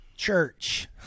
church